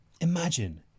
Imagine